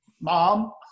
mom